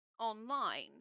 online